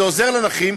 זה עוזר לנכים,